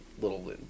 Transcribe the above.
little